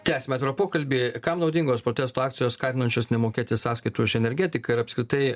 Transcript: tęsiame atvirą pokalbį kam naudingos protesto akcijos skatinančios nemokėti sąskaitų už energetiką ir apskritai